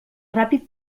ràpid